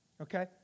okay